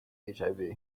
hiv